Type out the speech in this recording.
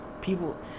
people